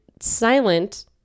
silent